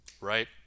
right